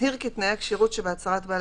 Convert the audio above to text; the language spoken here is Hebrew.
יצהיר כי תנאי הכשירות שבהצהרת בעלי